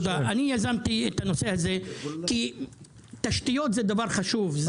אני יזמתי את הנושא הזה כי תשתיות זה דבר חשוב.